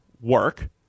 work